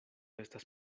estas